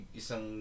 isang